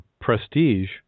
prestige